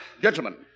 Gentlemen